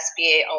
SBA